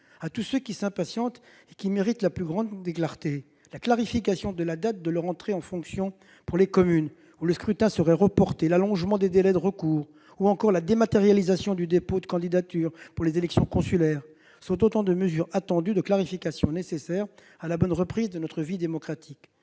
d'entre eux qui s'impatientent et qui méritent la plus grande clarté. La clarification de la date de leur entrée en fonction pour les communes où le scrutin serait reporté, l'allongement des délais de recours, ou encore la dématérialisation du dépôt de candidatures pour les élections consulaires sont autant de mesures attendues et de clarifications nécessaires à la bonne reprise de notre vie démocratique.